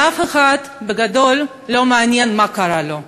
עובד זר, שלאף אחד בגדול לא מעניין מה קרה לו.